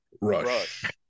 rush